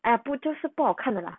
ah 不就是不好看的 lah